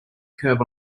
curve